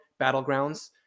Battlegrounds